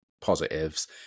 positives